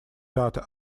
data